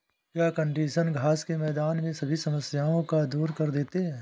क्या कंडीशनर घास के मैदान में सभी समस्याओं को दूर कर देते हैं?